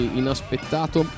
inaspettato